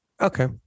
Okay